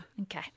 Okay